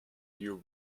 you